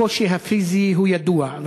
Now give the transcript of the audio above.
הקושי הפיזי הוא ידוע,